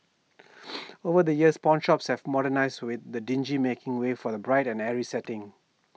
over the years pawnshops have modernised with the dingy making way for A bright and airy setting